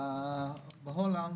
בהולנד